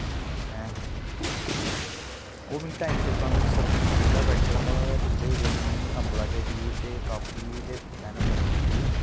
ऐं ओह मिगी टाइम चेता आंदा में सतमीं च बेह्ला बैठे दा हा ठंडे दे दिन ही कम्बला च ही ते कॉपी ते पेन फड़ी दी ही